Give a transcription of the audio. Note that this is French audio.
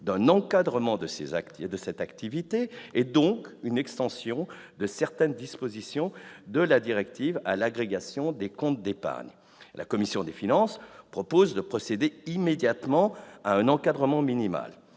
d'un encadrement de cette activité, et donc d'une extension de certaines dispositions de la directive à l'agrégation des comptes d'épargne. La commission des finances propose de procéder immédiatement à un encadrement minimal.